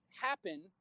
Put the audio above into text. happen